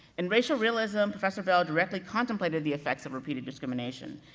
in racial realism, professor bell directly contemplated the effects of repeated discrimination,